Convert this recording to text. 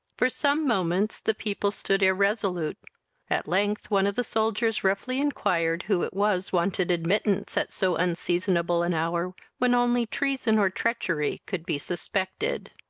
for some moments the people stood irresolute at length one of the soldiers roughly inquired who it was wanted admittance at so unseasonable an hour, when only treason or treachery could be suspected.